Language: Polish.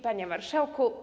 Panie Marszałku!